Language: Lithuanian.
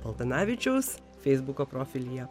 paltanavičiaus feisbuko profilyje